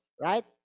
right